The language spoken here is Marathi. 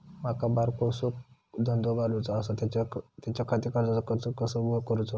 माका बारकोसो धंदो घालुचो आसा त्याच्याखाती कर्जाचो अर्ज कसो करूचो?